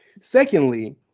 Secondly